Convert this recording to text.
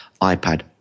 iPad